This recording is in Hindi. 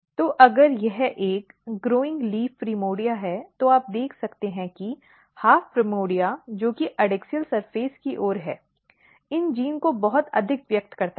तो अगर यह एक बढ़ती हुई पत्ती प्राइमोर्डिया है तो आप देख सकते हैं कि आधा प्राइमोर्डिया जो कि एडैक्सियल सतह की ओर है इन जीनों को बहुत अधिक व्यक्त करता है